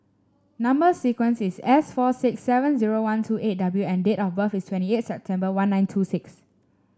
number sequence is S four six seven zero one two eight W and date of birth is twenty eight September one nine two six